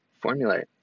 formulate